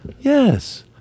Yes